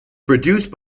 produced